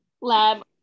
Lab